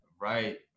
right